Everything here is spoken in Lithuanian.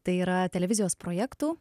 tai yra televizijos projektų